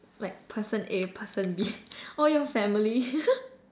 like person A person B or your family